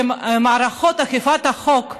שמערכות אכיפת החוק,